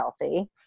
healthy